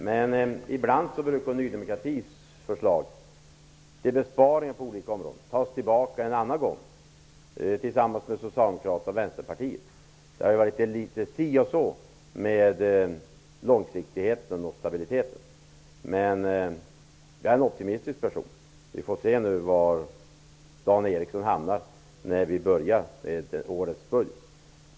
Men ibland brukar Ny demokratis förslag till besparingar på olika områden tas tillbaka vid ett annat tillfälle, tillsammans med Socialdemokraterna och Vänsterpartiet. Det har varit litet si och så med långsiktigheten och stabiliteten. Jag är dock en optimistisk person. Vi får väl se var Dan Eriksson i Stockholm hamnar när vi börjar med årets budget.